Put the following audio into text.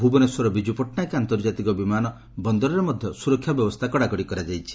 ଭୁବନେଶ୍ୱର ବିଜୁ ପଟ୍ଟନାୟକ ଆନ୍ତର୍କାତିକ ବିମାନ ବନ୍ଦରରେ ମଧ ସୁରକ୍ଷା ବ୍ୟବସ୍ଷା କଡ଼ାକଡ଼ି କରାଯାଇଛି